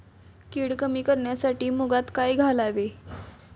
कीड कमी करण्यासाठी मुगात काय घालावे?